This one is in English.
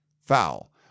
foul